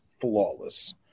flawless